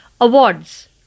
Awards